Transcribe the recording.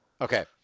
Okay